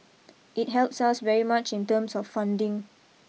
it helps us very much in terms of funding